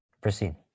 proceed